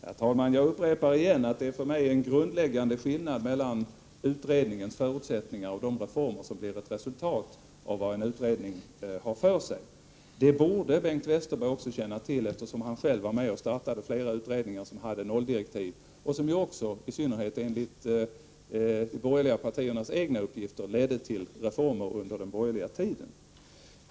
Herr talman! Jag upprepar att det för mig är en grundläggande skillnad mellan utredningens förutsättningar och de reformer som blir ett resultat av utredningens arbete. Det borde Bengt Westerberg också känna till, eftersom han själv var med och startade flera utredningar som hade nolldirektiv och som ju också, i synnerhet enligt de borgerliga partiernas egna uppgifter, ledde till reformer under den borgerliga regeringstiden.